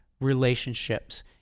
relationships